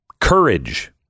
Courage